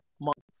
months